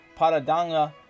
Paradanga